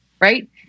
right